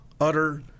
utter